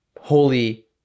holy